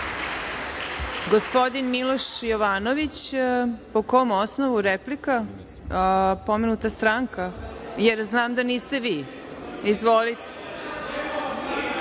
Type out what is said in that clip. Gospodin Miloš Jovanović, po kom osnovu? Replika? Pomenuta stranka, jer znam da niste vi. Izvolite. Pomenut